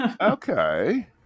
Okay